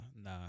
nah